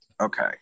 Okay